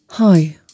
Hi